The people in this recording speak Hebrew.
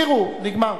נגמר.